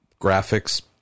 graphics